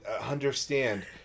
understand